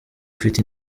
ufite